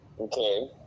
Okay